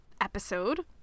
episode